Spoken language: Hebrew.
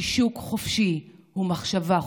כי שוק חופשי הוא מחשבה חופשית,